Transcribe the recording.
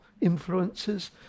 influences